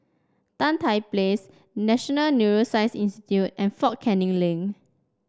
Tan Tye Place National Neuroscience Institute and Fort Canning Link